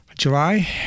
July